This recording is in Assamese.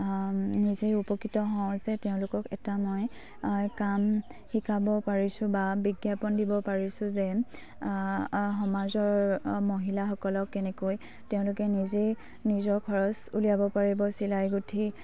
নিজেই উপকৃত হওঁ যে তেওঁলোকক এটা মই কাম শিকাব পাৰিছোঁ বা বিজ্ঞাপন দিব পাৰিছোঁ যে সমাজৰ মহিলাসকলক কেনেকৈ তেওঁলোকে নিজেই নিজৰ খৰচ উলিয়াব পাৰিব চিলাই গুঁঠি